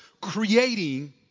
creating